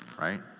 right